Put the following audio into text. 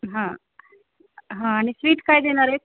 हा हा आणि स्वीट काय देणार आहेत